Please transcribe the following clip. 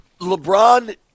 LeBron